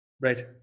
Right